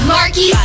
Marky